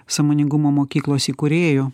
sąmoningumo mokyklos įkūrėju